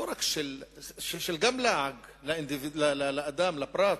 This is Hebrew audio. גם של לעג לאדם, לפרט,